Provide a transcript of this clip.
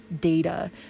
data